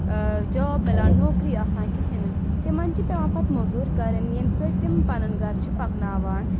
job مِلان نوکری آسان کِہیٖنۍ نہٕ تِمَن چھِ پیٚوان پَتہٕ موٚزوٗرۍ کَرٕنۍ ییٚمہِ سۭتۍ تِم پَنُن گرٕ چھِ پَکناوان